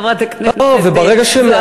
חברת הכנסת זועבי.